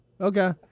okay